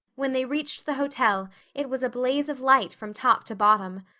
when they reached the hotel it was a blaze of light from top to bottom.